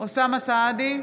אוסאמה סעדי,